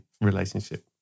relationship